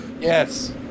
Yes